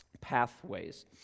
Pathways